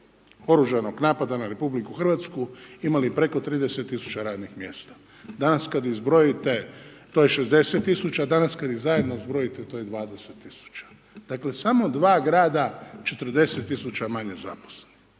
oružanog napada na RH imali preko 30 tisuća radnih mjesta. Danas kad izbrojite to je 60 tisuća a danas kada ih zajedno izbrojite to je 20 tisuća. Dakle samo dva grada 40 tisuća manje zaposlenih.